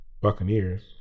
Buccaneers